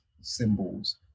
symbols